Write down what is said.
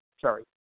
Sorry